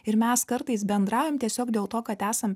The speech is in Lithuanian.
ir mes kartais bendraujam tiesiog dėl to kad esam